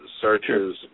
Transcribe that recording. Searchers